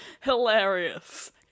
Hilarious